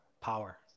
Power